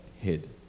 hid